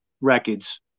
records